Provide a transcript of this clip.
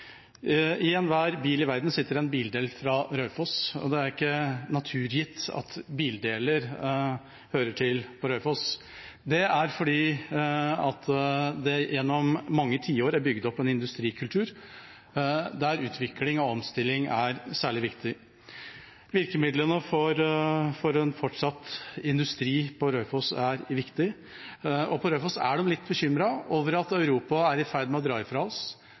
I enhver bil i verden sitter en bildel fra Raufoss, og det er ikke naturgitt at bildeler hører til på Raufoss. Det er fordi det gjennom mange tiår er bygd opp en industrikultur der utvikling og omstilling er særlig viktig. Virkemidlene for en fortsatt industri på Raufoss er viktig, og på Raufoss er de litt bekymret over at Europa er i ferd med å dra ifra oss